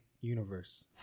universe